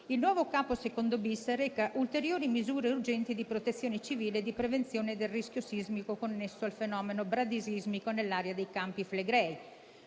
il nuovo capo II-*bis* reca ulteriori misure urgenti di protezione civile e di prevenzione del rischio sismico connesso al fenomeno bradisismico nell'area dei Campi Flegrei.